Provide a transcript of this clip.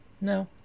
No